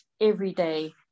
everyday